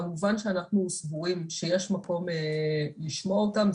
כמובן שאנחנו סבורים שיש מקום לשמוע אותן,